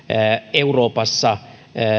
euroopassa